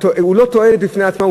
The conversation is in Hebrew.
הוא לא תועלת בפני עצמה,